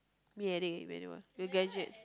me Eric Emmanuel we will graduate